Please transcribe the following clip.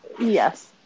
Yes